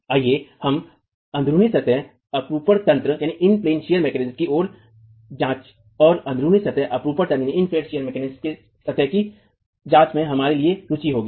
आइए हम अन्ध्रुनी सतह अपरूपण तंत्र कि ओर जाएँ और अन्ध्रुनी सतह अपरूपण तंत्र में सतह की दिशा में हमारे लिए रुचि होगी